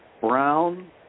brown